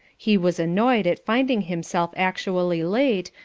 he was annoyed at finding himself actually late,